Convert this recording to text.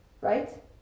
Right